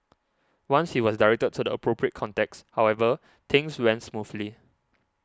once he was directed to the appropriate contacts however things went smoothly